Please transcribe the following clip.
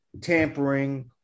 tampering